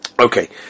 Okay